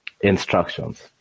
instructions